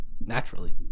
Naturally